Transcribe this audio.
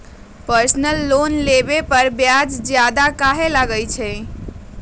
Personal loan लेबे पर ब्याज ज्यादा काहे लागईत है?